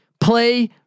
Play